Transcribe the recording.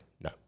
No